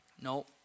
No